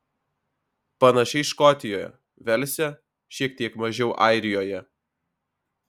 panašiai škotijoje velse šiek tiek mažiau airijoje